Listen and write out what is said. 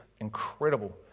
incredible